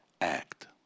Act